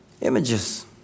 images